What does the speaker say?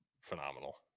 phenomenal